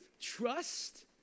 trust